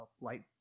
light